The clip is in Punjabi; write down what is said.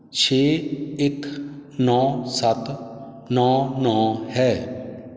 ਛੇ ਇੱਕ ਨੌਂ ਸੱਤ ਨੌਂ ਨੌਂ ਹੈ